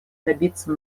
добиться